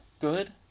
good